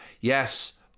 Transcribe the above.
Yes